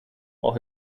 while